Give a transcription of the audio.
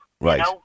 Right